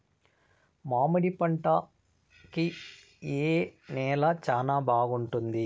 మామిడి పంట కి ఏ నేల చానా బాగుంటుంది